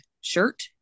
shirt